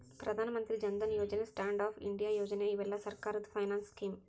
ಪ್ರಧಾನ ಮಂತ್ರಿ ಜನ್ ಧನ್ ಯೋಜನೆ stand up India ಯೋಜನೆ ಇವೆಲ್ಲ ಸರ್ಕಾರದ ಫೈನಾನ್ಸ್ ಸ್ಕೇಮ್